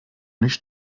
nicht